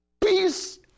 peace